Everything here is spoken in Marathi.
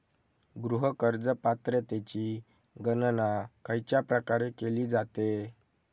गृह कर्ज पात्रतेची गणना खयच्या प्रकारे केली जाते?